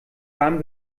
warm